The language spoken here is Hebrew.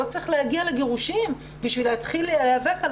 לא צריך להגיע לגירושין בשביל להתחיל להיאבק על